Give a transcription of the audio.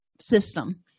system